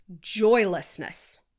Joylessness